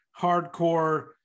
hardcore